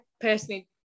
personally